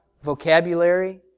vocabulary